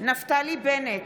נפתלי בנט,